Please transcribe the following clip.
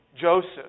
Joseph